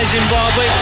Zimbabwe